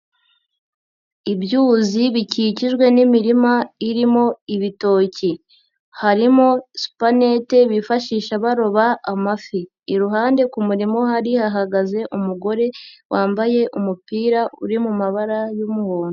Ibyuzi bikikijwe n'imirima irimo ibitoki. Harimo supanete bifashisha baroba amafi. Iruhande ku murima uhari, hahagaze umugore wambaye umupira uri mu mabara y'umuhondo.